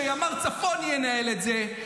שימ"ר צפון ינהל את זה,